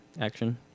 action